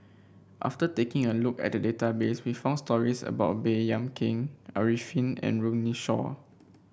after taking a look at the database we found stories about Baey Yam Keng Arifin and Runme Shaw